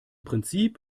prinzip